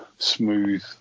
smooth